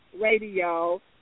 radio